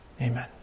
Amen